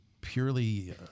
purely